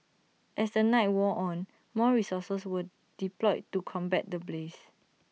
as the night wore on more resources were deployed to combat the blaze